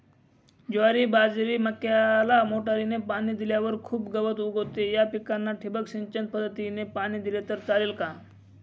ज्वारी, बाजरी, मक्याला मोटरीने पाणी दिल्यावर खूप गवत उगवते, या पिकांना ठिबक सिंचन पद्धतीने पाणी दिले तर चालेल का?